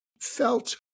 felt